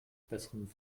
besseren